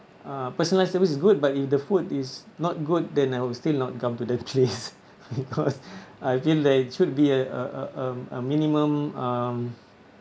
uh personalised service is good but if the food is not good then I will still not come to that place because I feel there should be a a a minimum um